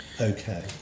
okay